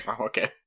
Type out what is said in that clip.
Okay